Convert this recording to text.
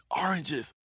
oranges